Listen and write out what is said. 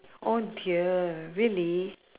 oh dear really